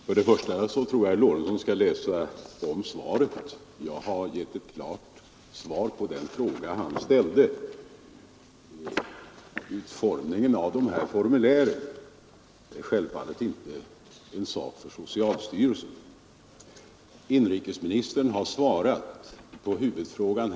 Herr talman! Jag tror att herr Lorentzon skall läsa om svaret — jag har gett ett klart svar på den fråga han ställde. Utformningen av de här formulären är självfallet inte en sak för socialstyrelsen. Inrikesministern har här tidigare svarat på huvudfrågan.